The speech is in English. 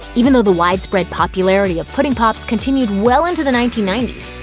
even though the widespread popularity of pudding pops continued well into the nineteen ninety s,